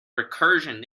recursion